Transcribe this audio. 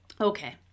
okay